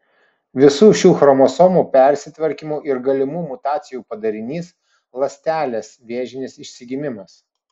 visų šių chromosomų persitvarkymų ir galimų mutacijų padarinys ląstelės vėžinis išsigimimas